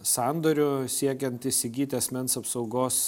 sandorių siekiant įsigyti asmens apsaugos